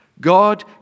God